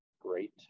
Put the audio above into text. great